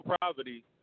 poverty